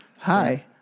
Hi